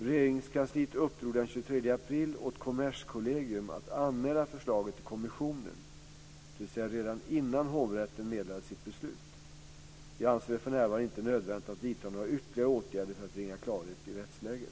Regeringskansliet uppdrog den 23 april åt Kommerskollegium att anmäla förslaget till kommissionen, dvs. redan innan hovrätten meddelade sitt beslut. Jag anser det för närvarande inte nödvändigt att vidta några ytterligare åtgärder för att bringa klarhet i rättsläget.